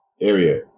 area